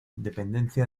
dependencia